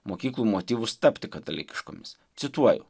mokyklų motyvus tapti katalikiškomis cituoju